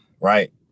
Right